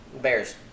Bears